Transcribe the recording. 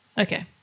Okay